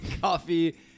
coffee